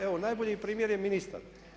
Evo najbolji primjer je ministar.